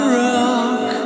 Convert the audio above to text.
rock